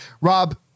Rob